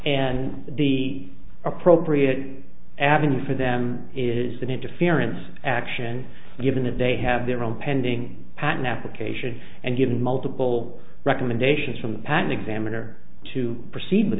and the appropriate avenue for them is that interference action given that they have their own pending patent application and given multiple recommendations from the pan examiner to proceed with